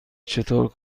چطور